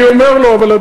אני אומר לו: בסדר,